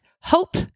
hope